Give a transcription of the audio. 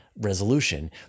resolution